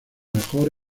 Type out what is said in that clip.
mejor